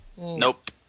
Nope